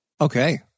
Okay